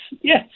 yes